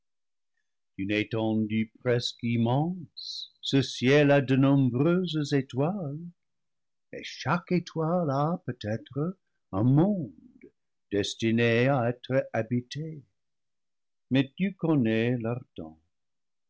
d'une étendue presque immense ce ciel a de nombreuses étoiles et chaque étoile a peut-être un monde destiné à être habité mais tu connais leurs temps